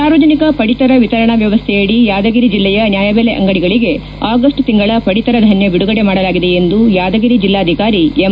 ಸಾರ್ವಜನಿಕ ಪಡಿತರ ವಿತರಣಾ ವ್ಯವಸ್ಥೆಯಡಿ ಯಾದಗಿರಿ ಜಿಲ್ಲೆಯ ನ್ನಾಯಬೆಲೆ ಅಂಗಡಿಗಳಿಗೆ ಆಗಸ್ಟ್ ತಿಂಗಳ ಪಡಿತರ ಧಾನ್ಯ ಬಿಡುಗಡೆ ಮಾಡಲಾಗಿದೆ ಎಂದು ಯಾದಗಿರಿ ಜೆಲ್ಲಾಧಿಕಾರಿ ಎಂ